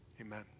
Amen